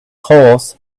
horse